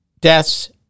deaths